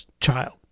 child